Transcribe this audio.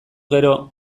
gero